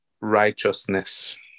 righteousness